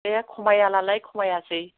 दे खमायाब्लालाय खमायासै